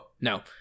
No